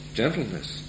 gentleness